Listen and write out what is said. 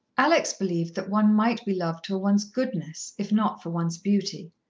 alex believed that one might be loved for one's goodness, if not for one's beauty.